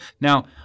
Now